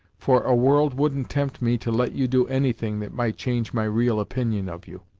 for a world wouldn't tempt me to let you do anything that might change my real opinion of you.